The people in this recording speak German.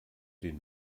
den